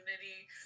community